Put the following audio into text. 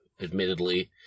admittedly